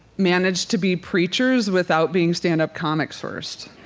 manage to be preachers without being stand-up comics first.